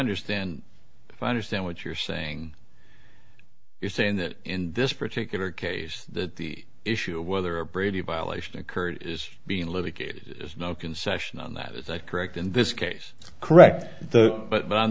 finder stand if i understand what you're saying you're saying that in this particular case that the issue of whether a brady violation occurred is being litigated is no concession on that is that correct in this case correct